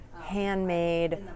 handmade